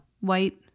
White